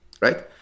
right